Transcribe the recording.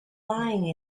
lying